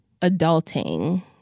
Adulting